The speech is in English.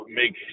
make